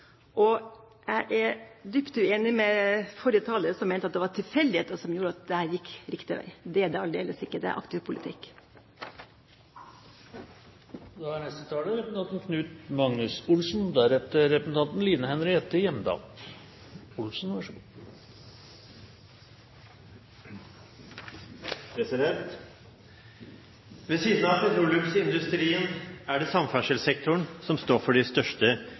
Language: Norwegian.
vil jeg si at jeg er positiv til det som skjer, og optimistisk med hensyn til framtiden. Jeg er dypt uenig med forrige taler, som mente at det var tilfeldigheter som gjorde at dette gikk riktig vei. Det er det aldeles ikke, det er aktiv politikk. Ved siden av petroleumsindustrien er det samferdselssektoren som står for de største